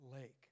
lake